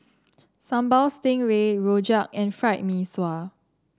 Sambal Stingray Rojak and Fried Mee Sua